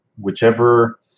whichever